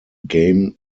game